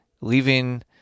leaving